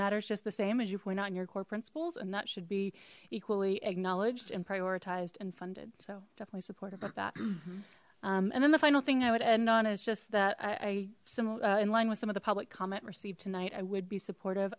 matters just the same as you point out in your core principles and that should be equally acknowledged and prioritized and funded so definitely supportive of that and then the final thing i would end on is just that i sum in line with some of the public comment received tonight i would be supportive